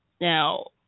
Now